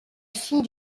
fille